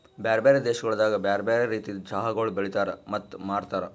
ಬ್ಯಾರೆ ಬ್ಯಾರೆ ದೇಶಗೊಳ್ದಾಗ್ ಬ್ಯಾರೆ ಬ್ಯಾರೆ ರೀತಿದ್ ಚಹಾಗೊಳ್ ಬೆಳಿತಾರ್ ಮತ್ತ ಮಾರ್ತಾರ್